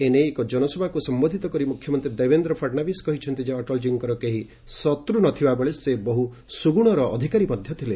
ଏ ନେଇ ଏକ ଜନସଭାକୁ ସମ୍ବୋଧୂତ କରି ମୁଖ୍ୟମନ୍ତ୍ରୀ ଦେବେନ୍ଦ୍ର ଫଡ୍ନାବିସ୍ କହିଛନ୍ତି ଯେ ଅଟଳକୀଙ୍କର କେହି ଶତ୍ର ନଥିବାବେଳେ ସେ ବହୁ ସୁଗୁଣର ଅଧିକାରୀ ମଧ୍ୟ ଥିଲେ